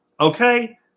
Okay